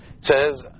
says